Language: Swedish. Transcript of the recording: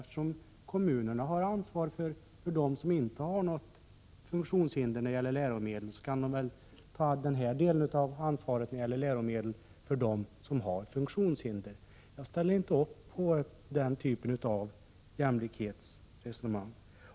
Eftersom kommunen har ansvar för dem som inte har något funktionshinder när det gäller läromedel, kan den väl också ta ansvar för dem som har funktionshinder.